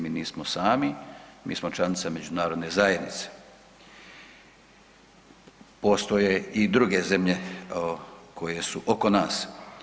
Mi nismo sami, mi smo članica međunarodne zajednice, postoje i druge zemlje koje su oko nas.